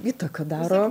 įtaką daro